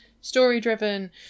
story-driven